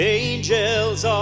angels